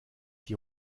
die